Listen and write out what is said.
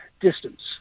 distance